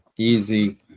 easy